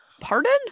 pardon